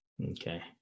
Okay